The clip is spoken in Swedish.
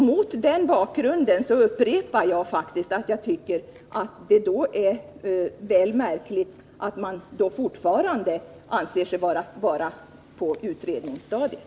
Mot denna bakgrund upprepar jag att det är märkligt att man fortfarande anser sig vara på utredningsstadiet.